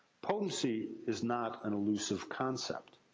potency is not an elusive concept.